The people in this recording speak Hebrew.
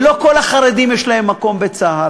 ולא כל החרדים יש להם מקום בצה"ל.